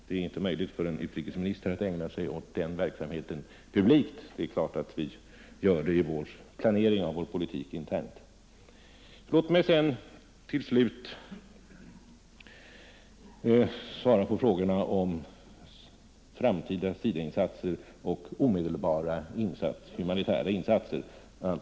Det är ju inte möjligt för en utrikesminister att ägna sig åt den verksamheten publikt, men det är klart att vi gör det internt vid planeringen av vår politik. Till slut vill jag svara på herr Wijkmans och herr Wirmarks frågor om framtida SIDA-insatser och omedelbara humanitära insatser.